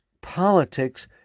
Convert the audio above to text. politics